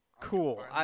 Cool